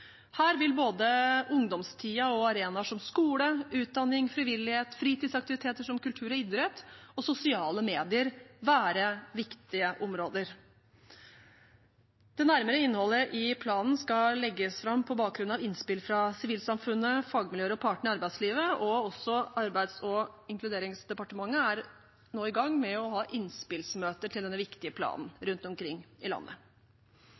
Her vil både ungdomstiden og arenaer som skole og utdanning, frivillighet, fritidsaktiviteter som kultur og idrett og sosiale medier være viktige områder. Det nærmere innholdet i planen skal legges fram på bakgrunn av innspill fra sivilsamfunnet, fagmiljøer og partene i arbeidslivet, og også Arbeids og inkluderingsdepartementet er nå i gang med å ha innspillsmøter til denne viktige planen rundt omkring i landet.